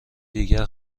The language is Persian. دیگر